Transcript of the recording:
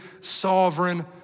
sovereign